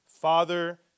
Father